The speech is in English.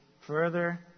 further